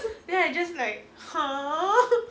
then I just like !huh!